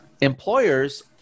employers